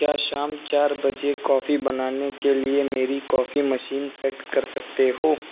کیا شام چار بجے کافی بنانے کے لیے میری کافی مشین سیٹ کر سکتے ہو